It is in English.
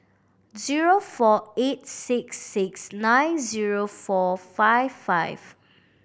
zero four eight six six nine zero four five five